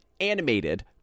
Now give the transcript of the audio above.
animated